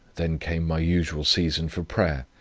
then came my usual season for prayer,